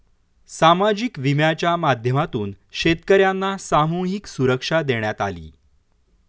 सामाजिक विम्याच्या माध्यमातून शेतकर्यांना सामूहिक सुरक्षा देण्यात आली